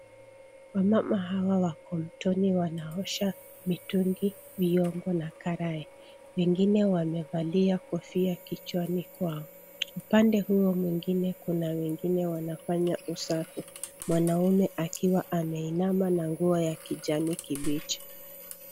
Wamama hawa wako mtoni wanaosha mitungi, vyombo na karai. Wengine wamevalia kofia kicwhani kwao. Upande huo mwingine kuna wengine wanafanya usafi. Mwanaume akiwa ameinama na nguo ya kijani kibichi